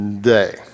day